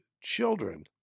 children